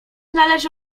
należy